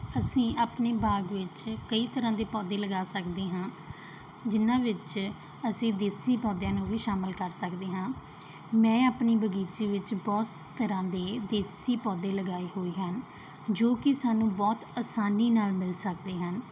ਅਸੀਂ ਆਪਣੇ ਬਾਗ ਵਿੱਚ ਕਈ ਤਰ੍ਹਾਂ ਦੇ ਪੌਦੇ ਲਗਾ ਸਕਦੇ ਹਾਂ ਜਿਹਨਾਂ ਵਿੱਚ ਅਸੀਂ ਦੇਸੀ ਪੌਦਿਆਂ ਨੂੰ ਵੀ ਸ਼ਾਮਿਲ ਕਰ ਸਕਦੇ ਹਾਂ ਮੈਂ ਆਪਣੀ ਬਗੀਚੀ ਵਿੱਚ ਬਹੁਤ ਤਰ੍ਹਾਂ ਦੇ ਦੇਸੀ ਪੌਦੇ ਲਗਾਏ ਹੋਏ ਹਨ ਜੋ ਕਿ ਸਾਨੂੰ ਬਹੁਤ ਆਸਾਨੀ ਨਾਲ ਮਿਲ ਸਕਦੇ ਹਨ